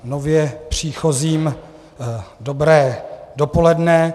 Nově příchozím dobré dopoledne.